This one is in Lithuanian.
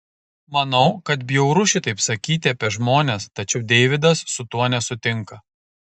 manau kad bjauru šitaip sakyti apie žmones tačiau deividas su tuo nesutinka